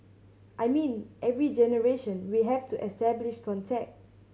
I mean every generation we have to establish contact